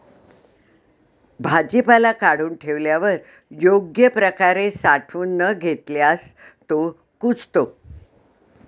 भाजीपाला काढून ठेवल्यावर योग्य प्रकारे साठवून न घेतल्यास तो कुजतो